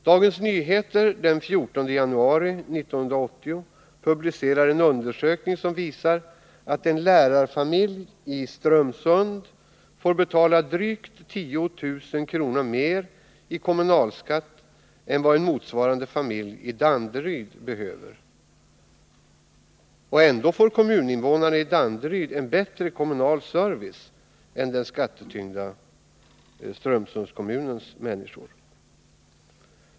Dagens Nyheter publicerade den 14 januari en undersökning, som visar att en lärarfamilj i Strömsund får betala drygt 10 000 kr. mer i kommunalskatt än vad en motsvarande familj i Danderyd behöver betala. Ändå får kommuninvånarna i Danderyd en bättre kommunal service än invånarna i det skattetyngda Strömsund.